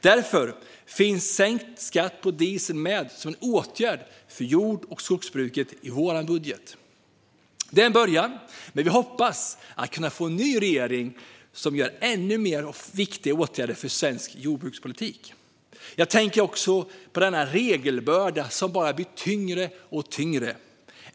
Därför finns sänkt skatt på diesel med som en åtgärd för jord och skogsbruket i vår budget. Det är en början, men vi hoppas kunna få en ny regering som vidtar ännu fler viktiga åtgärder för svensk jordbrukspolitik. Jag tänker också på den regelbörda som bara blir tyngre och tyngre.